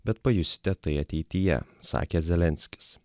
bet pajusite tai ateityje sakė zelenskis